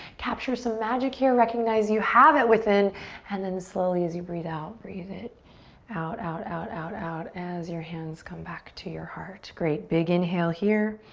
capture some magic here, recognize you have it within and then slowly, as you breathe out, breathe it out, out, out, out, out as your hands come back to your heart. great, big inhale here.